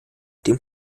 dem